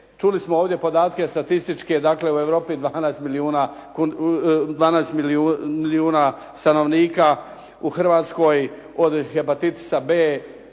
Čuli smo ovdje podatke statističke, dakle u Europi 12 milijuna stanovnika, u Hrvatskoj od hepatitisa B